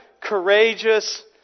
courageous